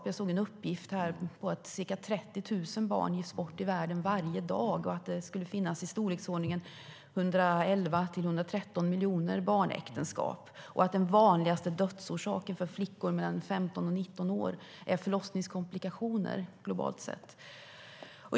Jag såg en uppgift att ca 30 000 barn gifts bort i världen varje dag och att det skulle finnas i storleksordningen 111-113 miljoner barnäktenskap. Globalt sett är förlossningskomplikationer den vanligaste dödsorsaken för flickor mellan 15 och 19 år.